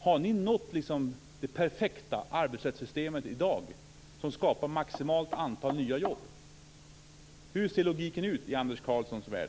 Har ni nått det perfekta arbetsrättssystemet i dag som skapar maximalt antal nya jobb? Hur ser logiken ut i Anders Karlssons värld?